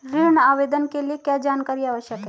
ऋण आवेदन के लिए क्या जानकारी आवश्यक है?